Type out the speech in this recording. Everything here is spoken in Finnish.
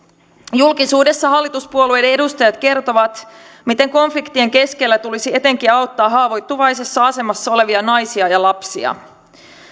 julkisuudessa hallituspuolueiden edustajat kertovat miten konfliktien keskellä tulisi auttaa etenkin haavoittuvaisessa asemassa olevia naisia ja lapsia